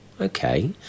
okay